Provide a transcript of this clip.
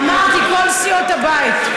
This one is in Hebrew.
אמרתי, כל סיעות הבית.